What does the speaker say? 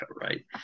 right